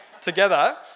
Together